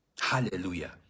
Hallelujah